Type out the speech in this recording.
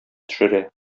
төшерә